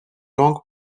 longue